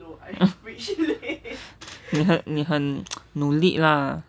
你很你很 努力 lah